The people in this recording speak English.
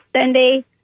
Sunday